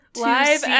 live